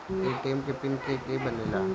ATM के PIN के के बनेला?